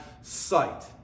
sight